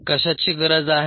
कशाची गरज आहे